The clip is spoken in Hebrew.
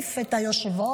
החליף את היושב-ראש.